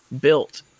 built